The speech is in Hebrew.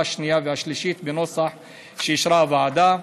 השנייה והשלישית בנוסח שאישרה הוועדה.